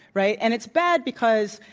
right? and it's bad because,